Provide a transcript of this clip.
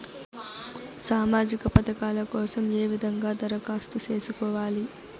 సామాజిక పథకాల కోసం ఏ విధంగా దరఖాస్తు సేసుకోవాలి